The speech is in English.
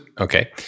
okay